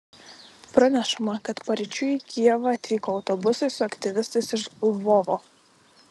pranešama kad paryčiui į kijevą atvyko autobusai su aktyvistais iš lvovo